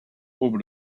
over